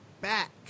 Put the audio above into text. back